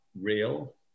real